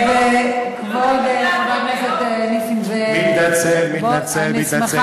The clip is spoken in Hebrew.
כבוד חבר הכנסת נסים זאב, מתנצל, מתנצל, מתנצל.